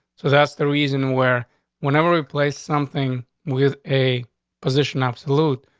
so that's the reason where we never replaced something with a position absolute.